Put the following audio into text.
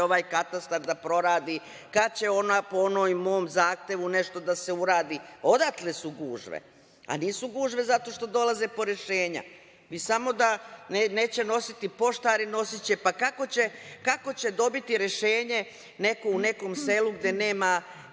ovaj katastar da proradi, kada će po onom mom zahtevu nešto da se uradi. Odakle su gužve? Nisu gužve zato što dolaze po rešenja. Neće nositi poštari, nosiće… Pa kako će dobiti rešenje neko u nekom selu gde nema